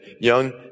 young